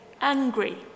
angry